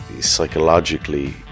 psychologically